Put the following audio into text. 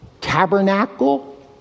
tabernacle